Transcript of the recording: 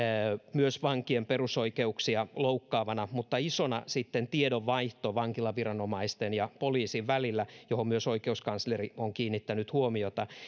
myös vankien perusoikeuksia loukkaavana mutta isona on sitten tiedonvaihto vankilaviranomaisten ja poliisin välillä johon myös oikeuskansleri on kiinnittänyt huomiota